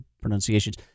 pronunciations